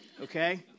okay